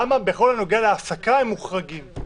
למה בכל הנוגע להעסקה הם מוחרגים.